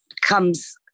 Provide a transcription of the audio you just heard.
comes